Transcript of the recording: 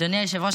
אדוני היושב-ראש,